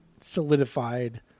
solidified